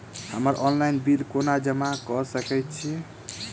हम्मर online bill कोना जमा कऽ सकय छी?